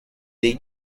they